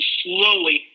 slowly